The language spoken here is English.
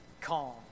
calm